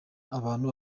abantu